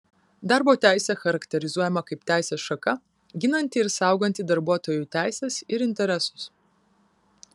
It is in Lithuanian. darbo teisė charakterizuojama kaip teisės šaka ginanti ir sauganti darbuotojų teises ir interesus